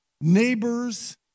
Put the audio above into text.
neighbors